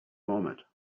moment